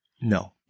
No